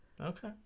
Okay